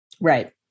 right